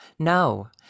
no